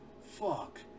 fuck